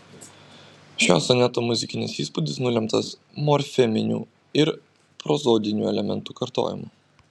šio soneto muzikinis įspūdis nulemtas morfeminių ir prozodinių elementų kartojimu